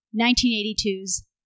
1982's